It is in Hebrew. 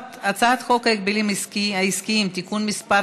הצעת חוק ההגבלים העסקיים (תיקון מס'